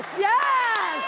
yeah.